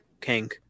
Kang